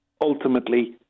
ultimately